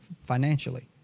financially